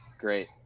great